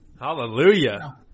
Hallelujah